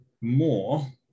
more